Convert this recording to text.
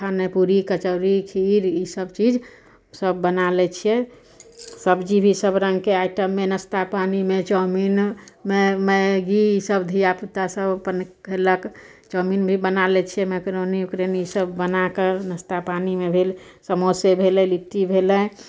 खाने पूड़ी कचौड़ी खीर ईसब चीज सब बना लै छिए सबजी भी सब रङ्गके आइटममे नाश्ता पानीमे चाउमिने मै मैगी ईसब धिआपुता सब अपन खेलक चाउमिन भी बना लै छिए मैकरोनी ईसब बनाके नाश्ता पानीमे भेल समोसे भेलै लिट्टी भेलै